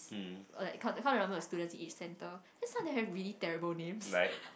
or like count count the numbers of students each center because some of them have really terrible names